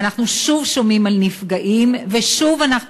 ואנחנו שוב שומעים על נפגעים ושוב אנחנו